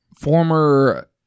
former